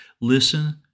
listen